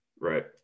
Right